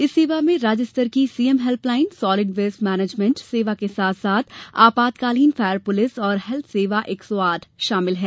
इस सेवा में राज्य स्तर की CM helpline solid waste management सेवा के साथ साथ आपातकालीन फायर पुलिस और हेल्थसेवा एक सौ आठ शामिल हैं